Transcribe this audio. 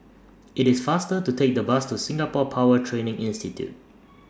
IT IS faster to Take The Bus to Singapore Power Training Institute